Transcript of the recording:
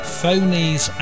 Phonies